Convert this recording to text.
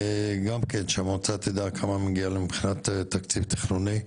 גם כן שהמועצה תדע כמה מגיע להם מבחינת תקציב תכנוני,